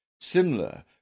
similar